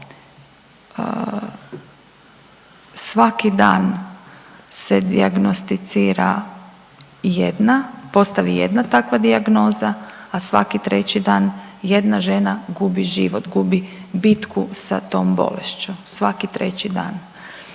svaki dan se dijagnosticira jedna, postavi jedna takva dijagnoza, a svaki treći dan jedna žena gubi život, gubi bitku sa tom bolešću svaki treći dan,